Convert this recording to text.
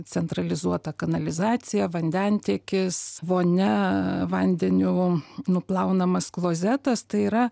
centralizuota kanalizacija vandentiekis vonia vandeniu nuplaunamas klozetas tai yra